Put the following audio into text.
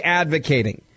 advocating